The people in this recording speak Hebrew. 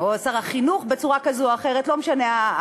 או שר החינוך, בצורה כזאת או אחרת, לא משנה.